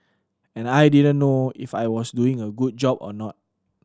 and I didn't know if I was doing a good job or not